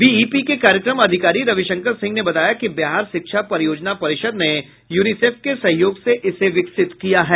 BEP के कार्यक्रम अधिकारी रविशंकर सिंह ने बताया कि बिहार शिक्षा परियोजना परिषद ने यूनिसेफ के सहयोग से इसे विकसित किया है